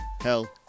Hell